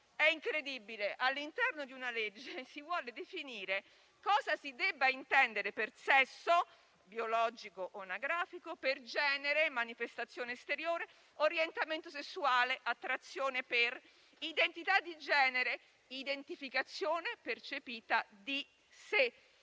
È incredibile che all'interno di una legge si voglia definire cosa si debba intendere per sesso (biologico o anagrafico), per genere (manifestazione esteriore), orientamento sessuale (attrazione per), identità di genere (identificazione percepita di sé).